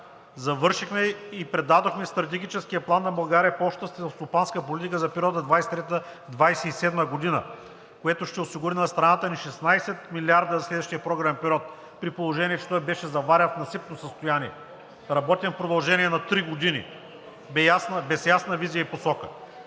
завършихме и предадохме Стратегическия план на България по общата селскостопанска политика за периода 2023 – 2027 г., което ще осигури на страната ни 16 милиарда за следващия програмен период, при положение че той беше заварен в насипно състояние, работен в продължение на три години, без ясна визия и посока.